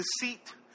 deceit